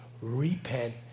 Repent